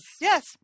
Yes